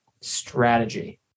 strategy